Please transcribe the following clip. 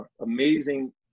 amazing